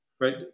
right